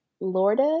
Lourdes